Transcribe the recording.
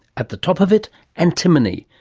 at the top of it antimony,